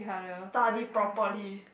study properly